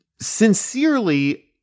sincerely